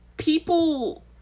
people